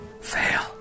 fail